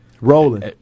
Rolling